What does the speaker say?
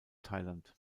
thailand